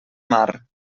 mar